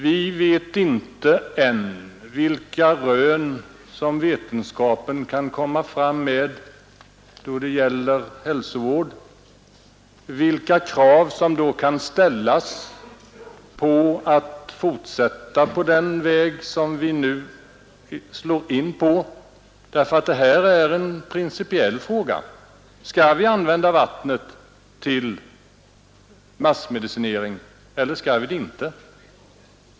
Vi vet ännu inte vilka rön vetenskapen kommer att göra när det gäller hälsovård och vilka krav som kan komma att resas på att fortsätta på den väg vi nu slagit in på. Det är också en principiell fråga: Skall vi använda vattnet till massmedicinering eller inte?